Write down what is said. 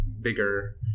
bigger